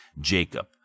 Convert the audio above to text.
Jacob